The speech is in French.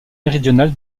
méridionale